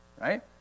Right